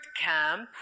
camp